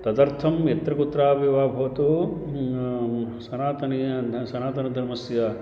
तदर्थं यत्र कुत्रापि वा भवतु सनातनीय न सनातनधर्मस्य